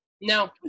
no